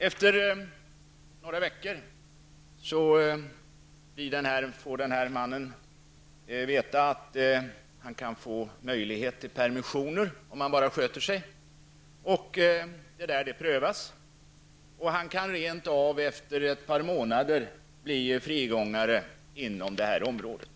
Efter några veckor får den här mannen veta att han har möjlighet att få permissioner om han sköter sig. Detta prövas, och han kan efter ett par månader bli frigångare inom området.